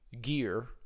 gear